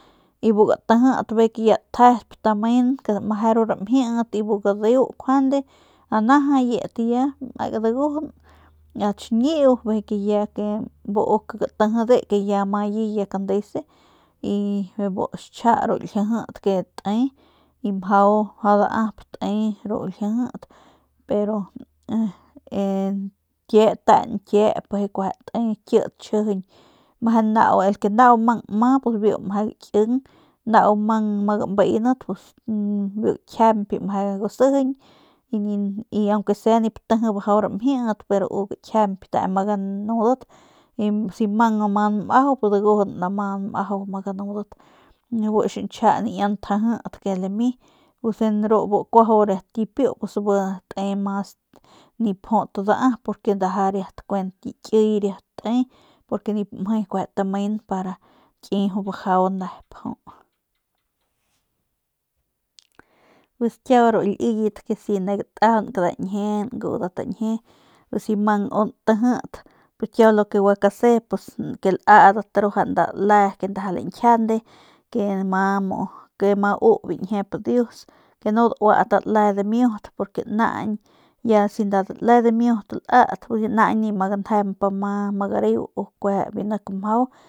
Y bu gatijit ke ya tjedp tamen meje ru ramjit y bu gadeu njuande najayit ya mekat dagujun at xñiu y bijiy ke ya buye gatijide ke ya amaye kandeuse y bijiy bu xchja ru ljijit ke te y mjau daap te ru ljijit pero e ñkie te ñkiep bijiy kueje te kit tchjijiñ meje nau mang nma biu meje gaking nau mang ma gambeenat biu gakjiañp meje gasijiñ y aunque se nip tiji bajau ramjiit pero u gakjiañp te ma ganudat y si mang ama nmajau biu dagujun lama ganudat yut bijiy bu xchjia niña ntjijit ke lami pus en ru bu kuajau ru piu bi te mas nip jut daap purke kuent ndaja riat ki kiy riat te nip mje jut kueje tamen pa nki jut kit bajau nep jut pues kiau ru liyet si ne gatajaunk nda ñjie ngudat nda ñjie si u mang ntijit pus kiau gua kasep ke laadat nda le ke ndaja lañjiande ke ama mu ke ma u biu ñjiep dius ke nu daut nda le dimiut purke naañ si ya nda le dimiut lat ya naañ ya nip ma ganjemp ama gareu biu nik kuejep mjau.